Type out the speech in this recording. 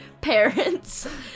parents